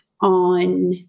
on